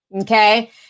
okay